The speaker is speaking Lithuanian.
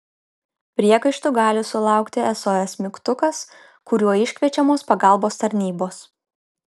priekaištų gali sulaukti sos mygtukas kuriuo iškviečiamos pagalbos tarnybos